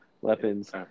weapons